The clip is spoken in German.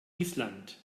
island